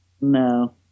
No